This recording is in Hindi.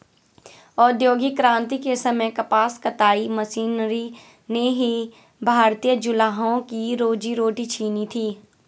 औद्योगिक क्रांति के समय कपास कताई मशीनरी ने ही भारतीय जुलाहों की रोजी रोटी छिनी थी